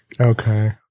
Okay